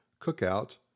Cookout